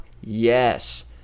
yes